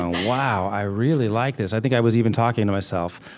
wow, i really like this. i think i was even talking to myself.